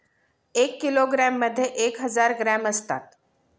एक किलोग्रॅममध्ये एक हजार ग्रॅम असतात